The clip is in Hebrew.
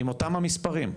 עם אותם המספרים,